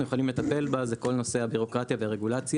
יכולים לטפל בה זה כל נושא הבירוקרטיה והרגולציה.